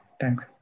thanks